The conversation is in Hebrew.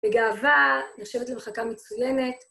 בגאווה, נחשבת למחלקה מצוינת...